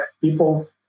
people